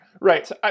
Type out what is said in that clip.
Right